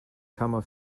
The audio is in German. kammer